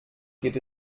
geht